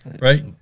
right